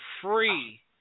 free